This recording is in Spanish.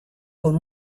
con